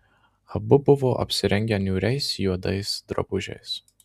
abu buvo apsirengę niūriais juodais drabužiais